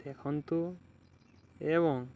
ଦେଖନ୍ତୁ ଏବଂ